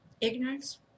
ignorance